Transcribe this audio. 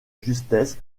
justesse